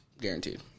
Guaranteed